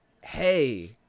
hey